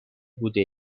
بوده